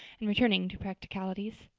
and returning to practicalities.